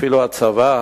אפילו הצבא,